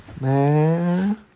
man